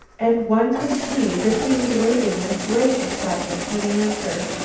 and one could see that he was waiting in great excitement for the answer.